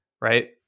right